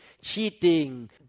cheating